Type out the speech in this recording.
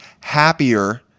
Happier